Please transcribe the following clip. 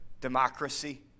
Democracy